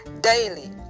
Daily